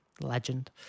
legend